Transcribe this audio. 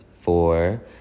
four